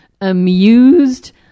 amused